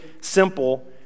simple